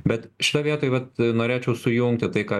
bet šitoj vietoj vat norėčiau sujungti tai ką